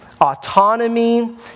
autonomy